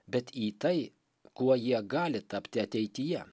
bet į tai kuo jie gali tapti ateityje